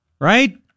Right